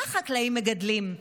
מה החקלאים מגדלים?